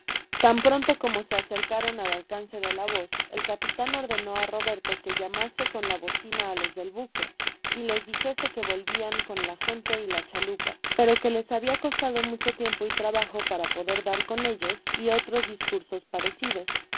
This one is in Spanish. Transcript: tan pronto como se acercaron al alesnee de la voz el capitan ordenó á roberto que llamase con la bocina á los del buque y les dijese que volvian con la gente y la chalupa pero que ies habia costado mucho tiempo y trabajo para poder dar cen ellos y otros discursos parecidos